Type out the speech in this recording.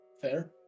fair